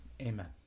amen